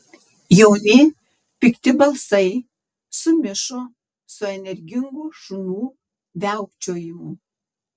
jauni pikti balsai sumišo su energingu šunų viaukčiojimu